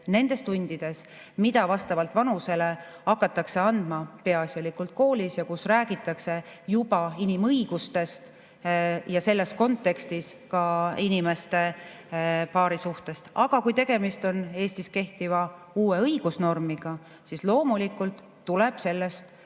nendes tundides, mida vastavalt vanusele hakatakse andma peaasjalikult koolis ja kus räägitakse juba inimõigustest ja selles kontekstis ka inimeste paarisuhetest. Aga kui tegemist on Eestis kehtiva uue õigusnormiga, siis loomulikult tuleb selle kohta